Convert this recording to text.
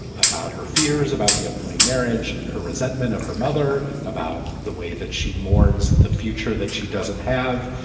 about her fears about the upcoming marriage. her resentment of her mother, about the way that she mourns the future, that she doesn't have,